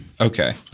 Okay